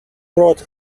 brought